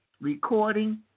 recording